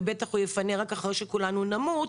ובטח הוא יפנה רק אחרי שכולנו נמות.